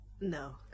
no